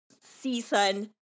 season